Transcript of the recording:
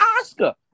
Oscar